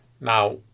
Now